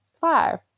Five